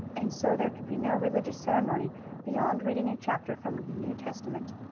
and so there could be no religious ceremony beyond reading a chapter from the new testament.